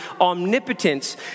omnipotence